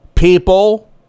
People